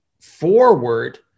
forward